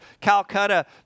Calcutta